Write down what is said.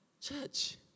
Church